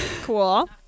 cool